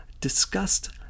discussed